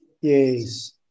Yes